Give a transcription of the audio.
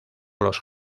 los